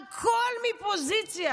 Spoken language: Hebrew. הכול מפוזיציה.